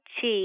Chi